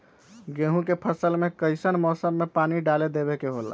गेहूं के फसल में कइसन मौसम में पानी डालें देबे के होला?